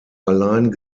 allein